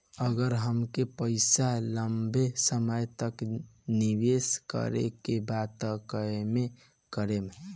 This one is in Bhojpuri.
अगर हमके पईसा लंबे समय तक निवेश करेके बा त केमें करों?